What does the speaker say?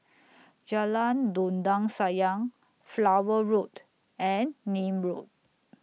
Jalan Dondang Sayang Flower Road and Nim Road